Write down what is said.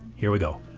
here we go.